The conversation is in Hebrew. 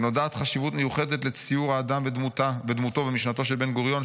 "ונודעת חשיבות מיוחדת לציור האדם ודמותו במשנתו של בן-גוריון,